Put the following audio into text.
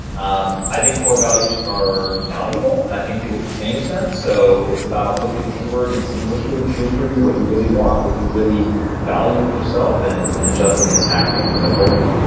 um i think core values are malleable, and i think people can change them, so it's about looking inward and seeing what's really true for you, what you really want, what you really value in yourself, and and adjusting and acting accordingly